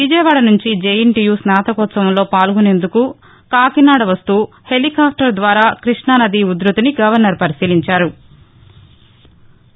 విజయవాడ నుంచి జేఎన్టీయూ స్నాతకోత్సవంలో పాల్గొనేందుకు కాకినాడ వస్తూ హెలికాప్టర్ ద్వారా కృష్ణానది ఉద్యృతిని గవర్నర్ పరిశీలించారు